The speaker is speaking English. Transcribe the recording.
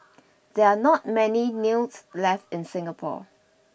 there are not many news left in Singapore